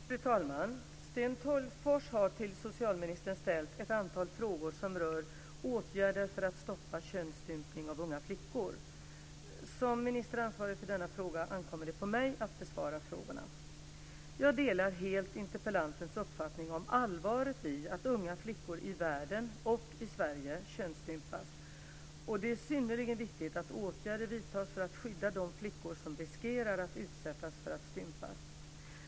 Fru talman! Sten Tolgfors har till socialministern ställt ett antal frågor som rör åtgärder för att stoppa könsstympning av unga flickor. Som ansvarig minister för denna fråga ankommer det på mig att besvara frågorna. Jag delar helt interpellantens uppfattning om allvaret i att unga flickor i världen och i Sverige könsstympas och att det är synnerligen viktigt att åtgärder vidtas för att skydda de flickor som riskerar att utsättas för att stympas.